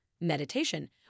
meditation